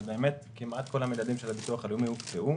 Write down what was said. ובאמת, כמעט כל המדדים של הביטוח הלאומי הוקפאו.